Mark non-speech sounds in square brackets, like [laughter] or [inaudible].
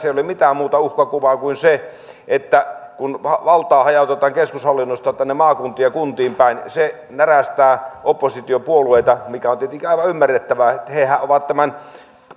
[unintelligible] ei ole mitään muuta uhkakuvaa kuin se että kun valtaa hajautetaan keskushallinnosta tänne maakuntiin ja kuntiin päin se närästää oppositiopuolueita mikä on tietenkin aivan ymmärrettävää hehän ovat tämän